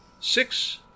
Six